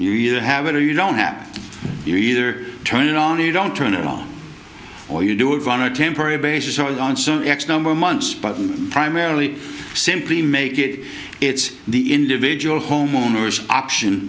you either have it or you don't happen you either turn it on you don't turn it on or you do it on a temporary basis i want some x number of months but primarily simply make it it's the individual homeowners option